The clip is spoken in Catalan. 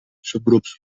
subgrups